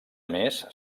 més